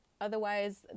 otherwise